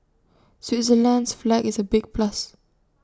Switzerland's flag is A big plus